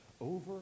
over